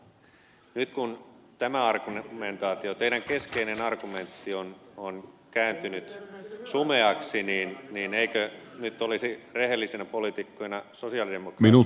nyt kun tämä argumentaatio teidän keskeinen argumenttinne on kääntynyt sumeaksi niin eikö nyt olisi rehellisinä poliitikkoina sosialidemokraattienkin syytä kääntyä tämän esityksen taakse